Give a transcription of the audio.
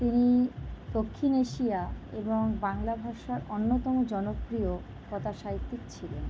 তিনি দক্ষিণ এশিয়া এবং বাংলা ভাষার অন্যতম জনপ্রিয় কথা সাহিত্যিক ছিলেন